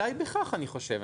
די בכך, אני חושב.